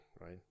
right